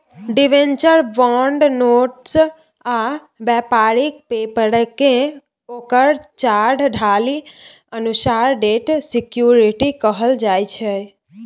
debenture, bond, notes आ बेपारिक पेपरकेँ ओकर चाल ढालि अनुसार डेट सिक्युरिटी कहल जाइ छै